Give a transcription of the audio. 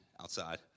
outside